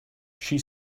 she